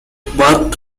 barked